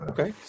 Okay